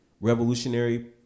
revolutionary